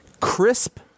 Crisp